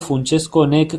funtsezkoenek